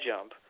Jump